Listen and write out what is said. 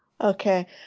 Okay